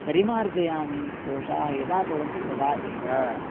परिमार्जयामि दोषाः यदा भवन्ति तदा एव